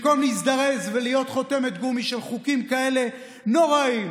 שבמקום להזדרז ולהיות חותמת גומי של חוקים כאלה נוראיים,